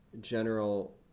general